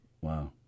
Wow